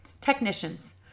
Technicians